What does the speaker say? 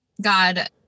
God